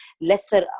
lesser